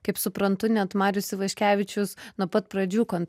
kaip suprantu net marius ivaškevičius nuo pat pradžių kon